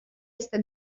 este